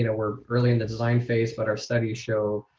you know we're early in the design phase, but our studies show